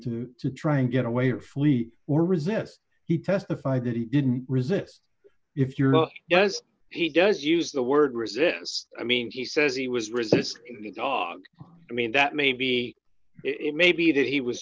do to try and get away or flee or resist he testified that he didn't resist d if you're does he does use the word resistance i mean he says he was resisting the dog i mean that maybe it may be that he was